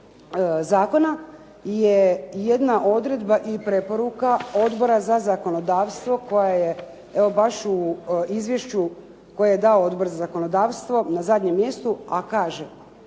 zakona je jedna odredba i preporuka Odbora za zakonodavstvo koja je baš u izvješću koje je dao Odbor za zakonodavstvo na zadnjem mjestu a kaže